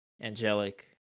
angelic